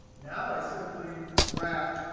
now i simply wrap